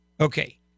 Okay